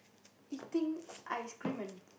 eating ice cream and